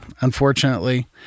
unfortunately